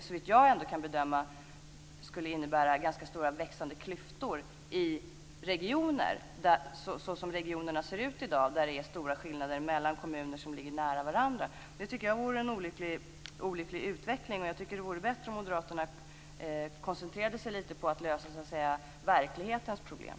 Såvitt jag kan bedöma skulle det innebära ganska stora och växande klyftor i regionerna såsom de ser ut i dag. Det är stora skillnader mellan kommuner som ligger nära varandra. Det tycker jag vore en olycklig utveckling. Jag tycker att det vore bättre om moderaterna koncentrerade sig lite på att lösa verklighetens problem.